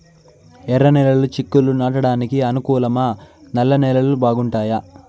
ఎర్రనేలలు చిక్కుళ్లు నాటడానికి అనుకూలమా నల్ల నేలలు బాగుంటాయా